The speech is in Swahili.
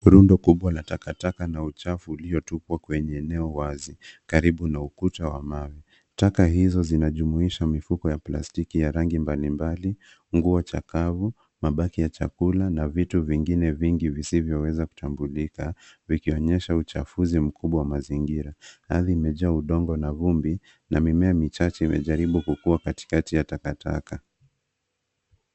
Rundo kubwa la takataka na uchafu uliotupwa kwenye eneo wazi karibu na ukuta wa mawe, taka hizo zinajumuisha mifuko ya plastiki ya rangi mbali mbali ,nguo chakavu ,mabaki ya chakula na vitu vingine vingi visivyoweza kutambulika vikionyesha uchafuzi mkubwa wa mazingira ,ardhi imejaa udongo na vumbi na mimea michache imejaribu kukua katikati ya takataka.